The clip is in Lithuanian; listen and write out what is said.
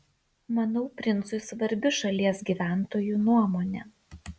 manau princui svarbi šalies gyventojų nuomonė